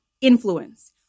influence